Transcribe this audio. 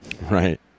right